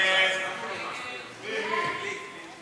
חוק שירותי הדת היהודיים (תיקון מס' 21),